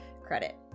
credit